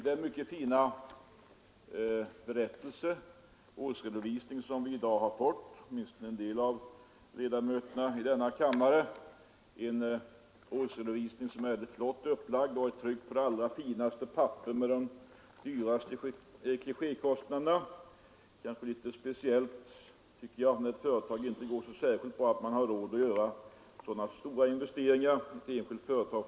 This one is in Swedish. Den mycket exklusiva tryckta årsredovisning som en del av ledamöterna i denna kammare i dag har fått är av mycket flott tryck på allra finaste papper med dyrbara färgklichéer. Det är anmärkningsvärt, tycker jag, att ett företag som inte går så särskilt bra har råd att göra så stora investeringar i en trycksak av det här slaget.